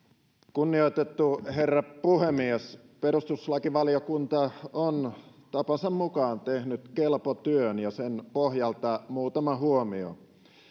kunnioitettu herra puhemies perustuslakivaliokunta on tapansa mukaan tehnyt kelpo työn ja sen pohjalta muutama huomio